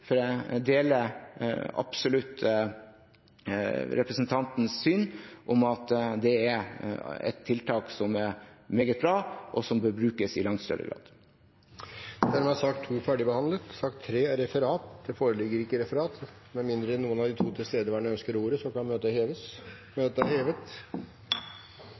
for jeg deler absolutt representantens syn, at det er et tiltak som er meget bra, og som bør brukes i langt større grad. Dermed er sak nr. 2 ferdigbehandlet. Det foreligger ikke noe referat. Med mindre noen av de to tilstedeværende ønsker ordet, kan møtet heves. – Møtet er hevet.